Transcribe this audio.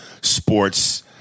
sports